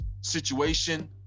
situation